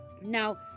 now